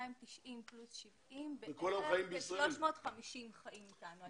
290 +70, בערך כ-350 חיים איתנו.